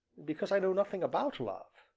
because i know nothing about love.